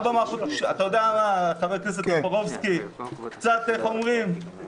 חבר הכנסת טופורובסקי, איך אומרים?